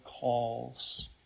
calls